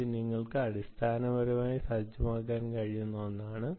ഇത് നിങ്ങൾക്ക് അടിസ്ഥാനപരമായി സജ്ജമാക്കാൻ കഴിയുന്ന ഒന്നാണ്